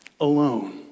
alone